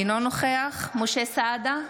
אינו נוכח משה סעדה,